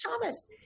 Thomas